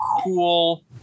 cool